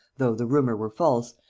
though the rumour were false,